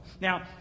Now